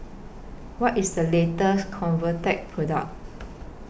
What IS The latest Convatec Product